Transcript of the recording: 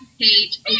page